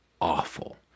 awful